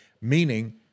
meaning